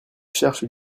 cherche